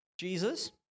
Jesus